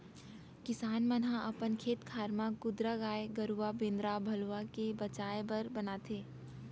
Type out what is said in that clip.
किसान मन ह अपन खेत खार म कुंदरा गाय गरूवा बेंदरा भलुवा ले बचाय बर बनाथे